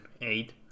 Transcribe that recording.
eight